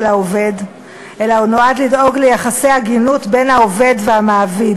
העובד אלא הוא נועד לדאוג ליחסי הגינות בין העובד והמעביד,